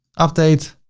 update.